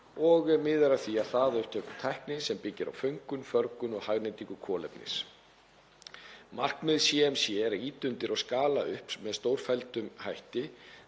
og miðar að því að hraða upptöku tækni sem byggir á föngun, förgun og hagnýtingu kolefnis. Markmiðið CMC er að ýta undir og skala upp með stórfelldum hætti